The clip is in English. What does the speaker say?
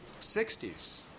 60s